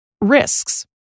Risks